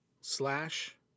slash